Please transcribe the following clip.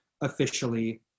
officially